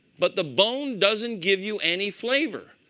but the bone doesn't give you any flavor.